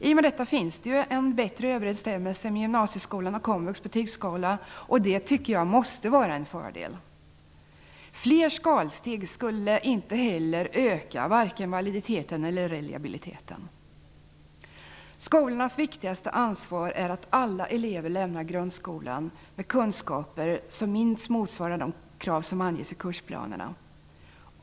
I och med detta finns det en bättre överensstämmelse med gymnasieskolans och komvux betygsskala, och det måste vara en fördel. Fler skalsteg skulle inte heller öka vare sig validiteten eller reliabiliteten. Skolans viktigaste ansvar är att alla elever skall lämna skolan med kunskaper som minst motsvarar de krav som anges i kursplanerna.